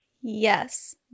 Yes